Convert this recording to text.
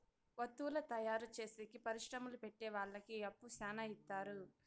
వత్తువుల తయారు చేసేకి పరిశ్రమలు పెట్టె వాళ్ళకి అప్పు శ్యానా ఇత్తారు